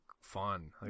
fun